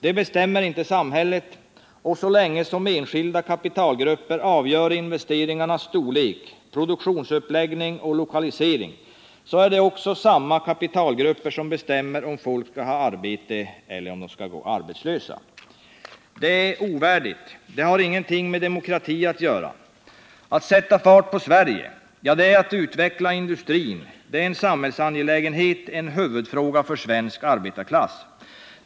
Det bestämmer inte samhället, och så länge som enskilda kapitalgrupper avgör investeringarnas storlek liksom produktionsuppläggning och lokalisering är det också samma kapitalgrupper som bestämmer om folk skall ha arbete eller om de skall gå arbetslösa. Detta är ovärdigt och har ingenting med demokrati att göra. Att ”sätta fart på Sverige”, att utveckla industrin, är en samhällsangelägenhet och en huvudfråga för svensk arbetarklass.